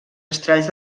estralls